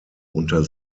unter